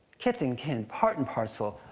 kith and kin, part and parcel,